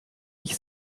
ich